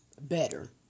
better